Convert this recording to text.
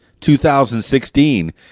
2016